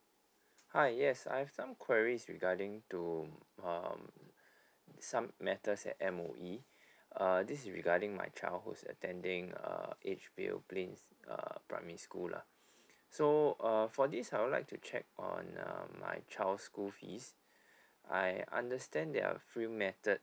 hi yes I've some queries regarding to um some matters at M_O_E uh this is regarding my child who is attending uh age bill plane err primary school lah so uh for this I would like to check on um my child's school fees I understand there are few methods